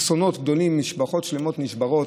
אסונות גדולים, משפחות שלמות נשברות.